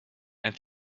and